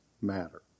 matter